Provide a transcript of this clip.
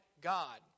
God